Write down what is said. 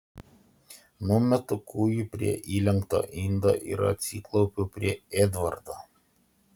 numetu kūjį prie įlenkto indo ir atsiklaupiu prie edvardo